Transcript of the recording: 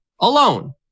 alone